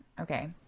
Okay